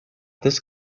this